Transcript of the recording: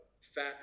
fat